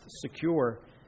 secure